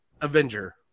Avenger